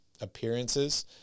appearances